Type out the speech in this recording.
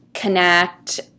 connect